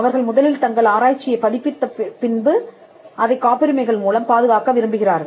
அவர்கள் முதலில் தங்கள் ஆராய்ச்சியை பதிப்பித்த பின்பு அதை காப்புரிமைகள் மூலம் பாதுகாக்க விரும்புகிறார்கள்